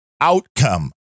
outcome